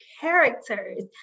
characters